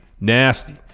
nasty